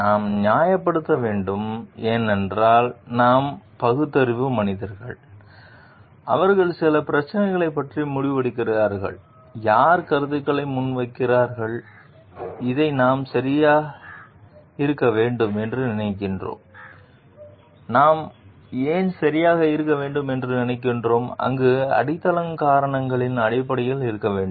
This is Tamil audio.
நாம் நியாயப்படுத்த வேண்டும் ஏனென்றால் நாம் பகுத்தறிவு மனிதர்கள் அவர்கள் சில பிரச்சினைகளைப் பற்றி முடிவெடுக்கிறார்கள் யார் கருத்துகளை முன்வைக்கிறார்கள் இதை நாம் சரியாக இருக்க வேண்டும் என்று நினைக்கிறோம் நாம் ஏன் சரியாக இருக்க வேண்டும் என்று நினைக்கிறோம் நன்கு அடித்தளமான காரணங்களின் அடிப்படையில் இருக்க வேண்டும்